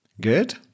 Good